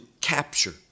capture